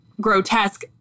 grotesque